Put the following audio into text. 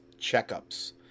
checkups